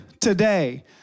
today